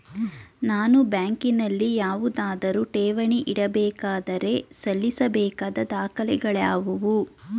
ನಾನು ಬ್ಯಾಂಕಿನಲ್ಲಿ ಯಾವುದಾದರು ಠೇವಣಿ ಇಡಬೇಕಾದರೆ ಸಲ್ಲಿಸಬೇಕಾದ ದಾಖಲೆಗಳಾವವು?